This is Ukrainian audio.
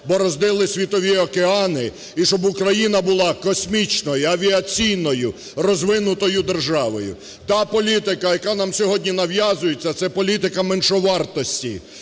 бороздили світові океани і щоб Україна була космічною, авіаційною, розвинутою державою. Та політика, яка нам сьогодні нав'язується, це політика меншовартості,